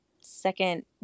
second